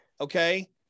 okay